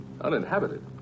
Uninhabited